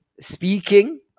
speaking